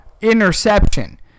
interception